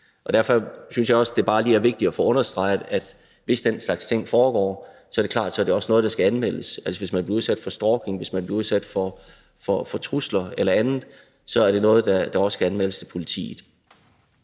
Derfor synes jeg også bare lige, det er vigtigt at få understreget, at det er klart, at hvis den slags ting foregår, er det noget, der skal anmeldes. Altså, hvis man bliver udsat for stalking, eller hvis man bliver udsat for trusler eller andet, er det noget, der skal anmeldes til politiet.